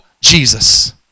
Jesus